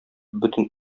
бөтен